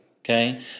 okay